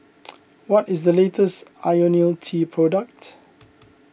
what is the latest Ionil T product